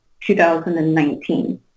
2019